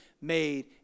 made